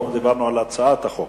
אני קובע שהצעת חוק